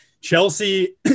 Chelsea